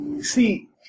see